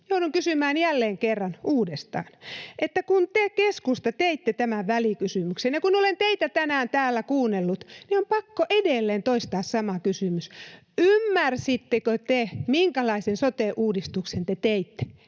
Joudun kysymään jälleen kerran uudestaan. Kun te, keskusta, teitte tämän välikysymyksen ja kun olen teitä tänään täällä kuunnellut, niin on pakko edelleen toistaa sama kysymys: ymmärsittekö te, minkälaisen sote-uudistuksen te teitte